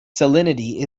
salinity